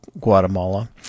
Guatemala